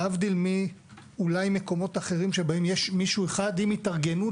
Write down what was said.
להבדיל אולי ממקומות אחרים שבהם יש מישהו אחד עם התארגנות,